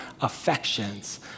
affections